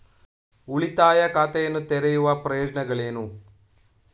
ಉಳಿತಾಯ ಖಾತೆಯನ್ನು ತೆರೆಯುವ ಪ್ರಯೋಜನಗಳೇನು?